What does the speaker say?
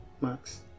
max